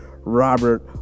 Robert